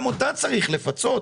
גם אותה צריך לפצות.